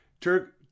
Turk